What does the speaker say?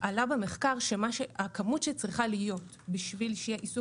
עלה שהכמות שצריכה להיות בשביל שיהיה איסוף